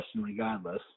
regardless